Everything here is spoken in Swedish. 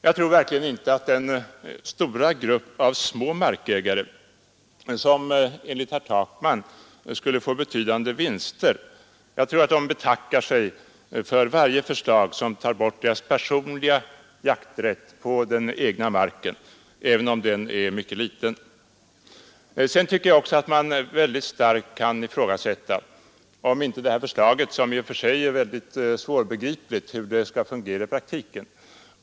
Jag tror att den stora grupp av små markägare som enligt herr Takman skulle få betydande vinster betackar sig för varje förslag som tar bort deras personliga jakträtt på den egna marken, även om den är liten. Sedan tycker jag också att man väldigt starkt kan ifrågasätta hur detta förslag, som i och för sig är ganska svårbegripligt, skulle fungera i praktiken.